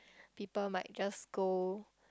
people might just go